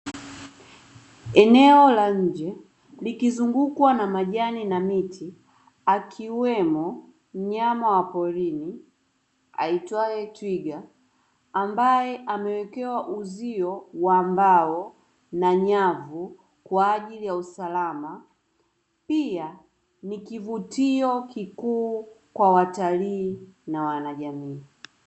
Eneo la nje likizungukwa na majani na miti akiwemo mnyama wa porini aitwaye twiga, ambaye amewekewa uzio wa mbao na nyavu kwa ajili ya usalama, pia ni kivutio kikuu kwa watalii na wanajamii.